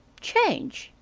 change!